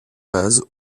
base